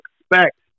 expect